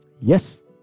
Yes